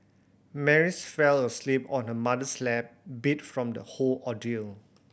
Mary's fell asleep on her mother's lap beat from the whole ordeal